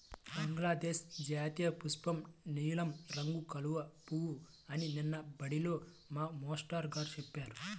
బంగ్లాదేశ్ జాతీయపుష్పం నీలం రంగు కలువ పువ్వు అని నిన్న బడిలో మా మేష్టారు గారు చెప్పారు